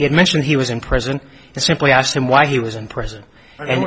had mentioned he was in prison and simply asked him why he was in prison and